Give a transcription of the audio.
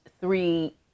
three